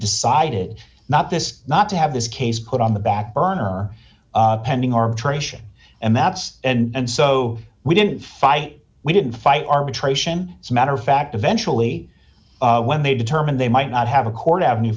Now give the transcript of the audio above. decided not this not to have this case put on the back burner pending arbitration and that's and so we did fight we didn't fight arbitration as a matter of fact eventually when they determined they might not have a court avenue